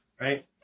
right